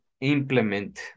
implement